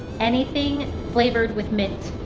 anything flavored with mint.